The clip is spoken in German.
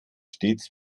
stets